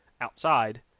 outside